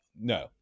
no